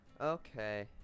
Okay